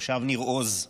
תושב ניר עוז,